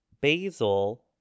basil